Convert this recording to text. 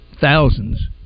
thousands